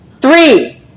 three